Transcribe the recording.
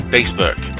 Facebook